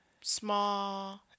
Small